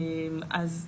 אז,